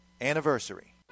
anniversary